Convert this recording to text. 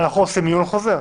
אנחנו שמים עיון חוזר.